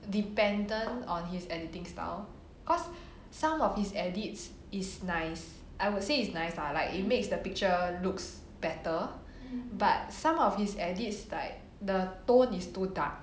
dependent on his editing style cause some of his edits is nice I would say it's nice lah like it makes the picture looks better but some of his edits like the tone is too dark